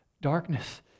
darkness